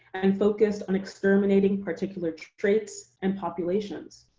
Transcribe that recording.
and focused on exterminating particular traits and populations,